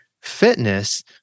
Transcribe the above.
fitness